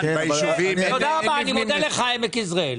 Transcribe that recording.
רבה, אני מודה לך, עמק יזרעאל.